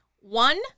One